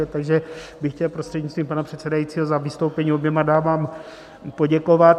Takže bych chtěl prostřednictvím pana předsedajícího za vystoupení oběma dámám poděkovat.